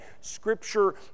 Scripture